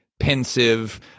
Pensive